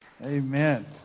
Amen